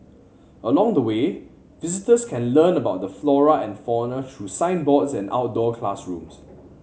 along the way visitors can learn about the flora and fauna through signboards and outdoor classrooms